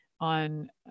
on